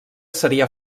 seria